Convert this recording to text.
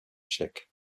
tchèques